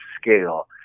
scale